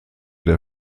der